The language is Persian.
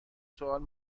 سوال